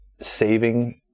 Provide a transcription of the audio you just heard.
saving